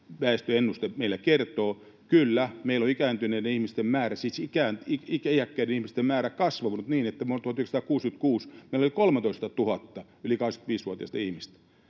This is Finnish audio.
väestöennuste meille kertoo. Kyllä, meillä on siis iäkkäiden ihmisten määrä kasvanut, niin että vuonna 1966 meillä oli 13 000 yli 85-vuotiasta ihmistä,